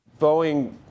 Boeing